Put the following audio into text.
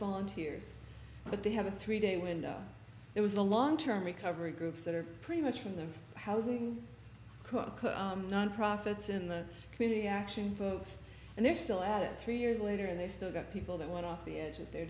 volunteers but they have a three day window it was a long term recovery groups that are pretty much from the housing cook nonprofits in the community action folks and they're still at it three years later and they've still got people that want off the edge and they're